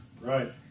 Right